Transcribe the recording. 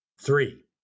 Three